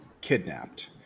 kidnapped